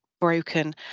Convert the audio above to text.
broken